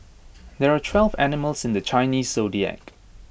there are twelve animals in the Chinese Zodiac